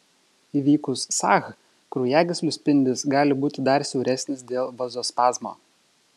įvykus sah kraujagyslių spindis gali būti dar siauresnis dėl vazospazmo